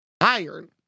iron